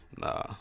Nah